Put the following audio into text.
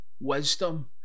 wisdom